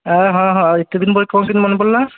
ଆରେ ହଁ ହଁ ଏତେ ଦିନ ପରେ କ'ଣ କେମିତି ମନେ ପଡ଼ିଲା